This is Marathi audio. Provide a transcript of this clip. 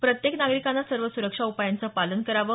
प्रत्येक नागरिकाने सर्व सुरक्षा उपायांचं पालन करावं